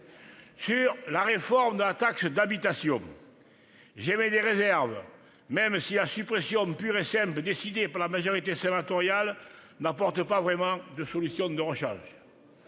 Sur la réforme de la taxe d'habitation, j'émets des réserves, même si la suppression pure et simple décidée par la majorité sénatoriale n'apporte pas vraiment de solution de rechange.